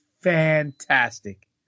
fantastic